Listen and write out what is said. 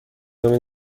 امین